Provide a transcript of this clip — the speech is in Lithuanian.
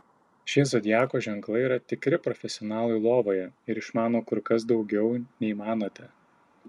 šie zodiako ženklai yra tikri profesionalai lovoje ir išmano kur kas daugiau nei manote